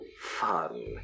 fun